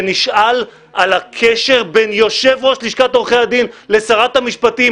שנשאל על הקשר בין יושב-ראש לשכת עורכי הדין לשרת המשפטים